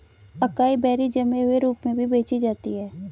acai berries जमे हुए रूप में भी बेची जाती हैं